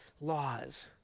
laws